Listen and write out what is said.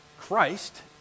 Christ